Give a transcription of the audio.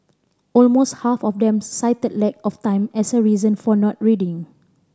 almost half of them cited lack of time as a reason for not reading